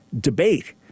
debate